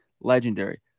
Legendary